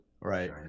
Right